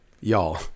y'all